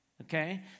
Okay